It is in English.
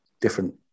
different